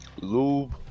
lube